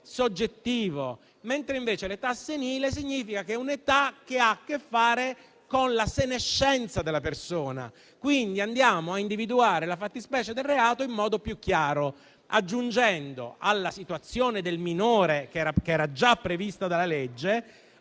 soggettivo; invece l'età senile è un'età che ha a che fare con la senescenza della persona. Andiamo quindi a individuare la fattispecie del reato in modo più chiaro, aggiungendo alla situazione del minore, già prevista dalla legge,